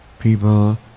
people